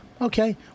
Okay